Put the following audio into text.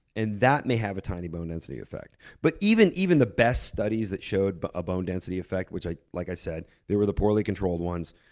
and that may have a tiny bone density effect. but even even the best studies that showed but a bone density effect, which like i like i said, they were the poorly controlled ones.